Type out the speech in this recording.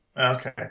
Okay